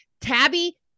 Tabby